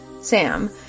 Sam